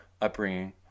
upbringing